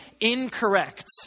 incorrect